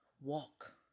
walk